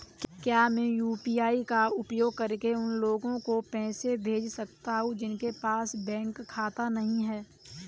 क्या मैं यू.पी.आई का उपयोग करके उन लोगों को पैसे भेज सकता हूँ जिनके पास बैंक खाता नहीं है?